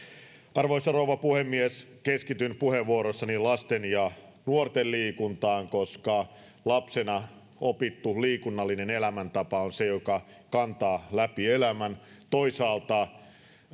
arvoisa rouva puhemies keskityn puheenvuorossani lasten ja nuorten liikuntaan koska lapsena opittu liikunnallinen elämäntapa on se joka kantaa läpi elämän toisaalta